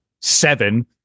seven